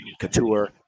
Couture